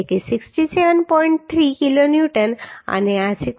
3 kilonewton અને આ 67